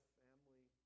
family